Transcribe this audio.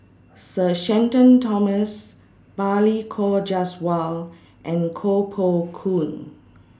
Sir Shenton Thomas Balli Kaur Jaswal and Koh Poh Koon